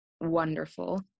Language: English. wonderful